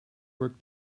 work